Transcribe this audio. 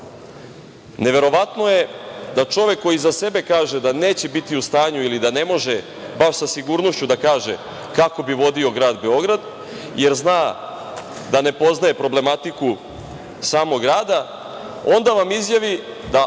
Neverovatno je da čovek koji za sebe kaže da neće biti u stanju ili da ne može baš sa sigurnošću da kaže kako bi vodio Grad Beograd, jer zna da ne poznaje problematiku samog grada, onda vam izjavi da